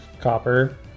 Copper